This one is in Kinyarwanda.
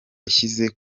yashyize